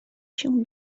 się